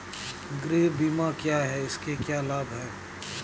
गृह बीमा क्या है इसके क्या लाभ हैं?